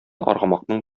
аргамакның